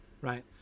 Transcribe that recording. right